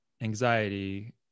anxiety